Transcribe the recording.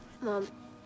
Mom